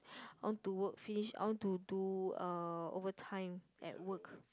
I want to work finish I want to do uh overtime at work